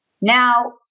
now